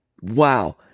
wow